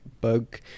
bug